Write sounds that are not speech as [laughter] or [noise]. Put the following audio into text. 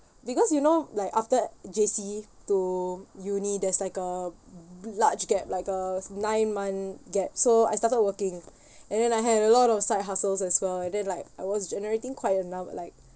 because you know like after J_C to uni there's like a large gap like a nine month gap so I started working [breath] and then I had a lot of side hustles as well and then like I was generating quite a num~ like